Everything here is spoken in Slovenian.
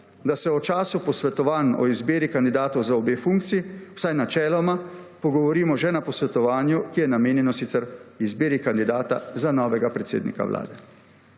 da se v času posvetovanj o izbiri kandidatov za obe funkciji, vsaj načeloma, pogovorimo že na posvetovanju, ki je namenjeno sicer izbiri kandidata za novega predsednika Vlade.